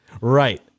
Right